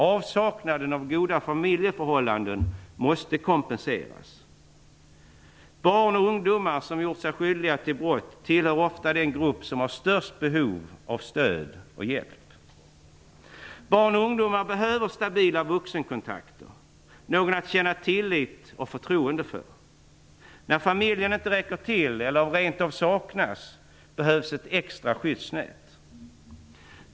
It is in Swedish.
Avsaknaden av goda familjeförhållanden måste kompenseras. Barn och ungdomar som gjort sig skyldiga till brott tillhör ofta den grupp som har störst behov av stöd och hjälp. Barn och ungdomar behöver stabila vuxenkontakter, någon att känna tillit till och förtroende för. När familjen inte räcker till eller rentav saknas behövs ett extra skyddsnät.